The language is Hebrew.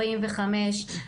מספר המשפטים.